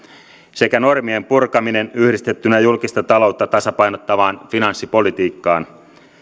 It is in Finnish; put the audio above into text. sekä normien purkaminen yhdistettynä julkista taloutta tasapainottavaan finanssipolitiikkaan